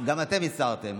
גם אתם הסרתם?